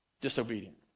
disobedient